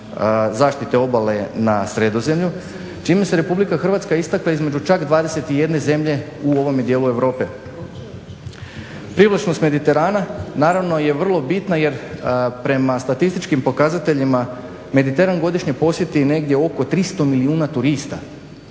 zaštite obale na Sredozemlju čime se Republika Hrvatska istakla između čak 21 zemlje u ovome dijelu Europe. Privlačnost Mediterana naravno je vrlo bitna jer prema statističkim pokazateljima Mediteran godišnje posjeti negdje oko 300 milijuna turista